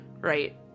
right